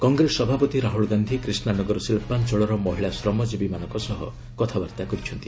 କଂଗ୍ରେସ ସଭାପତି ରାହୁଲ୍ ଗାନ୍ଧି କ୍ରିଷ୍ଣାନଗର ଶିଳ୍ପାଞ୍ଚଳର ମହିଳା ଶ୍ରମଜୀବୀମାନଙ୍କ ସହ କଥାବାର୍ତ୍ତା କରିଛନ୍ତି